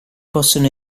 possono